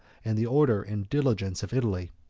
and the order and diligence of italy.